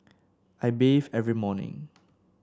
I bathe every morning